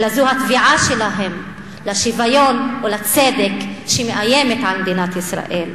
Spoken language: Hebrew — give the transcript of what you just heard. אלא זו התביעה שלהם לשוויון ולצדק שמאיימת על מדינת ישראל.